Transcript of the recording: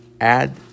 add